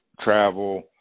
travel